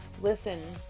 Listen